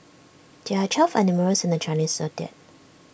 there are twelve animals in the Chinese Zodiac